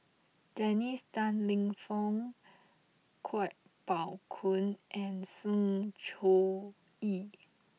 Dennis Tan Lip Fong Kuo Pao Kun and Sng Choon Yee